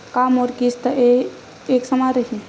का मोर किस्त ह एक समान रही?